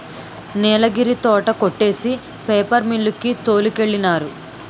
నీలగిరి తోట కొట్టేసి paper mill కి తోలికెళ్ళినారు